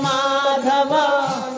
Madhava